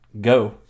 Go